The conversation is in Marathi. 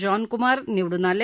जॉन कुमार निवडणून आले